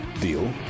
deal